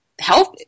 health